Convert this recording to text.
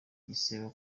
igisebo